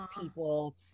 people